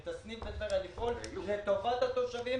את הסניף בטבריה ולפעול לטובת התושבים